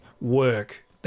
work